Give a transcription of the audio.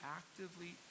actively